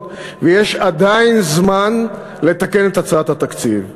ויש עדיין זמן לתקן את הצעת התקציב.